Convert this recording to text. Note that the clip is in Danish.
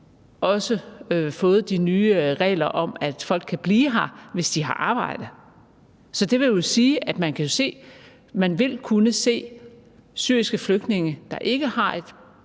også fået de nye regler om, at folk kan blive her, hvis de har arbejde. Så det vil jo sige, at man vil kunne se syriske flygtninge, der ikke har et